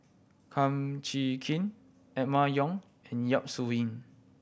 Kum Chee Kin Emma Yong and Yap Su Yin